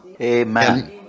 Amen